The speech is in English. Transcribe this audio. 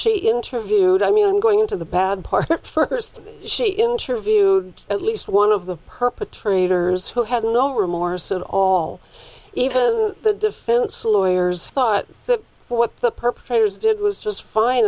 she interviewed i mean i'm going to the bad part first she interviewed at least one of the perpetrators who had no remorse at all even the defense lawyers thought that what the perpetrators did was just fine